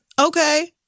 Okay